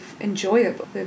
enjoyable